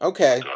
Okay